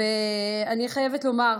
אני חייבת לומר,